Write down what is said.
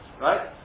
right